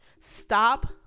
Stop